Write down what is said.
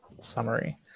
summary